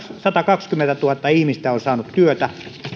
satakaksikymmentätuhatta ihmistä on saanut työtä